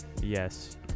Yes